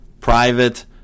private